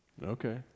Okay